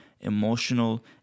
emotional